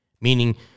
Meaning